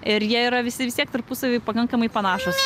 ir jie yra visi vis tiek tarpusavy pakankamai panašūs